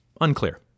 Unclear